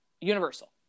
Universal